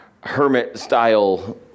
hermit-style